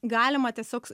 galima tiesiog